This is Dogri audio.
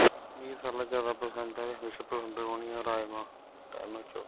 मिगी सारें कोला ज्यादा पसंद ऐ हमेशा पसंद रौह्नी ऐ राजमा राजमा चौल